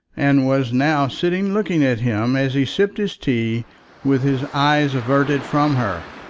and was now sitting looking at him as he sipped his tea with his eyes averted from her.